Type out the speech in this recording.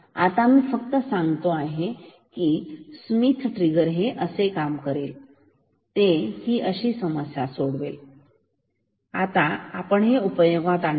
आता मी फक्त सांगतो स्मिथ ट्रिगर हे काम कसे करते ही समस्या कशी सोडवतेतर आता मी हे उपयोगात आणणार आहे